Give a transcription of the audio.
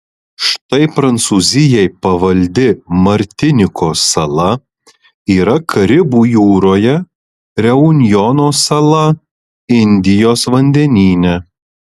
štai prancūzijai pavaldi martinikos sala yra karibų jūroje reunjono sala indijos vandenyne